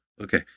okay